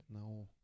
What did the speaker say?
No